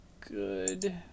good